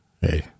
hey